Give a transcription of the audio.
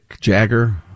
Jagger